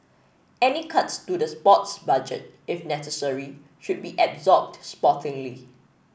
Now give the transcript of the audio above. any cuts to the sports budget if necessary should be absorbed sportingly